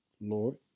Lord